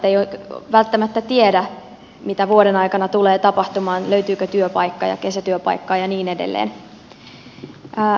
ei välttämättä tiedä mitä vuoden aikana tulee tapahtumaan löytyykö työpaikka ja kesätyöpaikka ja niin edelleen